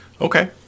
Okay